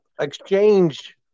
exchange